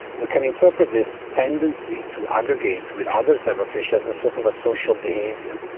you can interpret this tendency to aggregate with other zebrafish as a sort of a social behaviour.